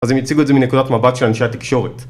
אז אם הציגו את זה מנקודת מבט של אנשי התקשורת